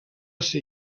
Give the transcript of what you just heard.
ser